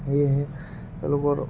সেয়েহে তেওঁলোকৰ